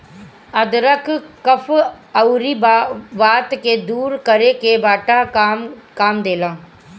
अदरक कफ़ अउरी वात के दूर करे में बड़ा काम देला